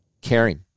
Caring